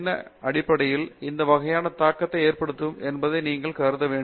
எனவே அடிப்படையில் இது எந்த வகையான தாக்கத்தை ஏற்படுத்துகிறது என்பதை நீங்கள் கருதவேண்டும்